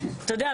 אתה יודע,